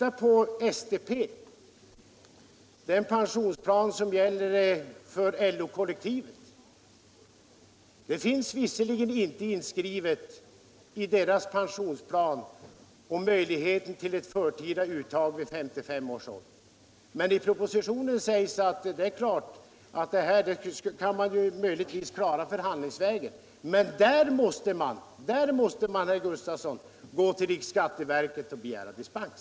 Se på STP, den pensionsplan som gäller för LO-kollektivet! I den pensionsplanen finns visserligen inte inskrivet någonting om ett förtida uttag vid 55 års ålder, men i propositionen sägs att det finns möjlighet att klara den saken förhandlingsvägen. Men då, herr Gustafsson, måste man gå till riksskatteverket och begära dis pens.